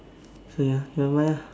so ya nevermind ah